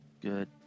Good